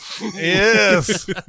Yes